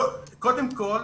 קודם כל,